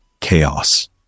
chaos